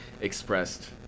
expressed